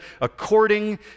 according